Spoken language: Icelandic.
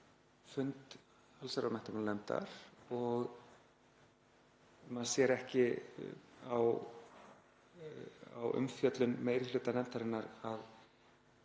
fund allsherjar- og menntamálanefndar og maður sér ekki á umfjöllun meiri hluta nefndarinnar að